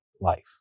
life